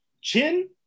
Chin